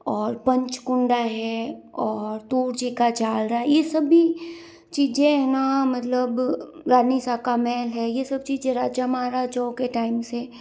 और पंच कुंडा है और तोरची का जालरा ये सब भी चीज़ें है ना मतलब गार्निसा का महल है ये सब चीज़ें राजा महाराजाओं के टाइम से